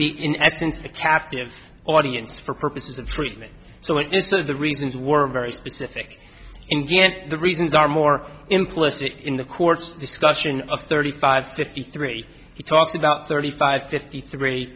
be in essence a captive audience for purposes of treatment so instead of the reasons were very specific in the end the reasons are more implicit in the court's discussion of thirty five fifty three he talks about thirty five fifty three